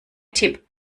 tipp